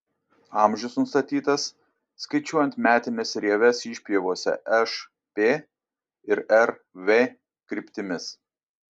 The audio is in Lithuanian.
amžius nustatytas skaičiuojant metines rieves išpjovose š p ir r v kryptimis